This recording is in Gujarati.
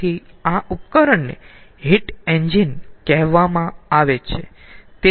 તેથી આ ઉપકરણને હીટ એન્જિન કહેવામાં આવે છે